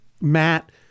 Matt